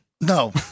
No